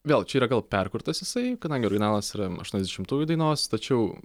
vėl čia yra gal perkurtas jisai kadangi originalas yra aštuoniasdešimtųjų dainos tačiau